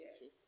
yes